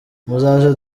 muzaze